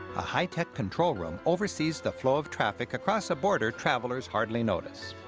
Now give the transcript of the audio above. a high-tech control room oversees the flow of traffic across a border travellers hardly notice.